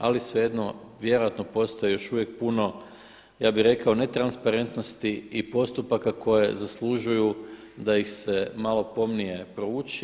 Ali svejedno, vjerojatno postoji još uvijek puno ja bih rekao netransparentnosti i postupaka koji zaslužuju da ih se malo pomnije prouči.